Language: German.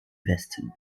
westen